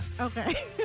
Okay